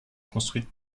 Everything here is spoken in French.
construites